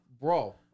bro